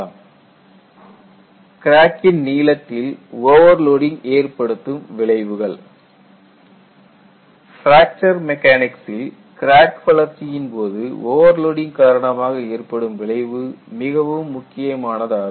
Influence of Overload on Crack Length கிராக்கின் நீளத்தில் overloading ஏற்படுத்தும் விளைவுகள் பிராக்சர் மெக்கானிக்சில் கிராக் வளர்ச்சியின் போது ஓவர்லோடிங் காரணமாக ஏற்படும் விளைவு மிகவும் முக்கியமானதாகும்